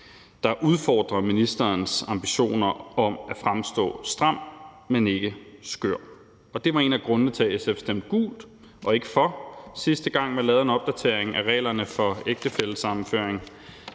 der udfordrer ministerens ambitioner om at fremstå stram, men ikke skør. Og det var en af grundene til, at SF stemte gult – og ikke for – sidste gang vi lavede en opdatering af reglerne for ægtefællesammenføring.